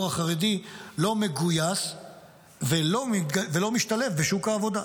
החרדי לא מגויס ולא משתלב בשוק העבודה.